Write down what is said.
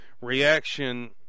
reaction